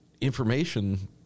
information